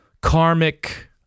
karmic